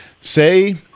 Say